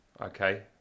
Okay